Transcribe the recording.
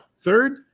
Third